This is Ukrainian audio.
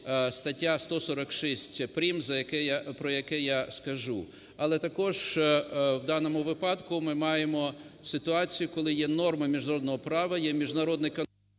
стаття 146 прим., про яке я скажу. Але також в даному випадку ми маємо ситуацію, коли є норма міжнародного права, є міжнародний…